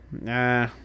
Nah